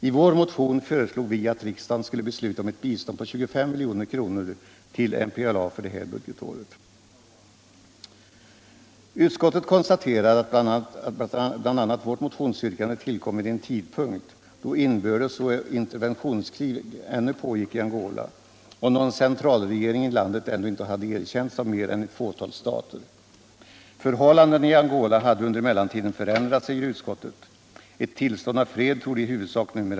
I vår motion föreslog vi att riksdagen skulle besluta om ett bistånd på 25 milj.kr. till MPLA för det här budgetåret.